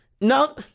no